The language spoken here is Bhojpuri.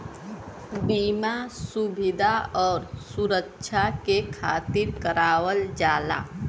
बीमा सुविधा आउर सुरक्छा के खातिर करावल जाला